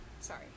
Sorry